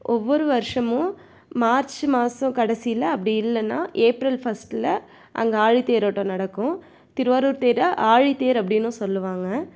ஒவ்வொரு வருஷமும் மார்ச் மாதம் கடைசியில அப்படி இல்லைன்னா ஏப்ரல் ஃபர்ஸ்ட்ல அங்கே ஆழித் தேரோட்டம் நடக்கும் திருவாரூர் தேரை ஆழித்தேர் அப்படினும் சொல்லுவாங்க